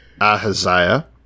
Ahaziah